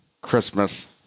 Christmas